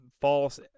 false